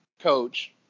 coach